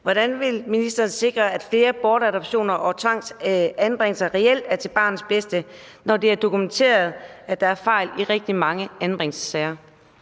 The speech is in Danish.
Hvordan vil ministeren sikre, at flere bortadoptioner og tvangsanbringelser reelt er til barnets bedste, når det er dokumenteret, at der er fejl i rigtig mange anbringelsessager?